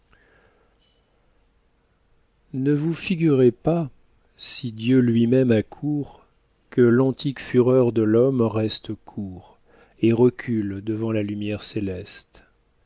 ne vous figurez pas si dieu lui-même accourt que l'antique fureur de l'homme reste court et recule devant la lumière céleste